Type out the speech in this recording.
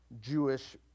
Jewish